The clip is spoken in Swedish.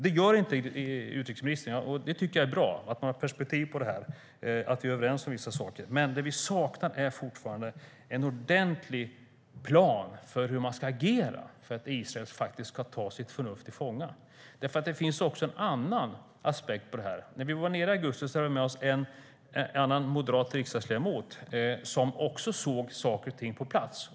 Det gör inte utrikesministern, och jag tycker att det är bra att han har perspektiv på det här och att vi är överens om vissa saker. Vi saknar dock fortfarande en ordentlig plan för hur man ska agera för att Israel ska ta sitt förnuft till fånga. Det finns en annan aspekt här. När vi var nere i augusti hade vi med oss en annan moderat riksdagsledamot som såg saker och ting på plats.